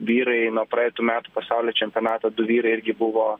vyrai nuo praeitų metų pasaulio čempionato du vyrai irgi buvo